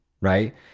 right